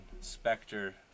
Spectre